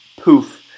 poof